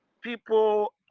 people